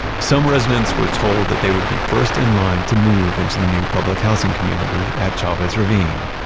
some residents were told that they would be first in line to move into the new public housing community at chavez ravine,